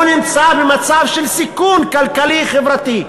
הוא נמצא במצב של סיכון כלכלי-חברתי,